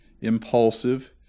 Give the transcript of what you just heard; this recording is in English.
impulsive